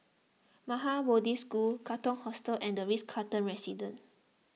Maha Bodhi School Katong Hostel and the Ritz Carlton Residences